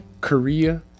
Korea